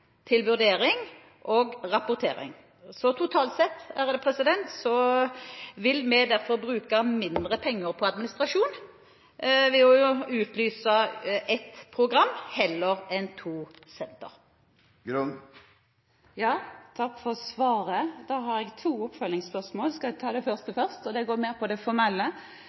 vurdering og rapportering. Totalt sett vil vi derfor bruke mindre penger på administrasjon ved å utlyse ett program heller enn to senter. Takk for svaret. Jeg har to oppfølgingsspørsmål. Det første går mer på det formelle. Når vi leser tilleggsproposisjonen fra den nye regjeringen, ser vi ikke at det